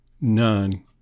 None